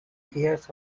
years